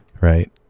right